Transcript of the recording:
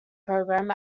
program